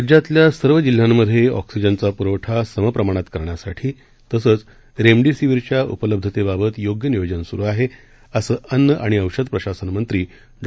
राज्यातल्या सर्व जिल्ह्यांमध्ये ऑक्सिजनचा पुरवठा समप्रमाणात करण्यासाठी तसंच रेमडेसिविरच्या उपलब्धतेबाबत योग्य नियोजन सुरू आहे असं अन्न आणि औषध प्रशासन मंत्री डॉ